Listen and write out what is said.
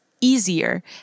easier